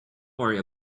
worry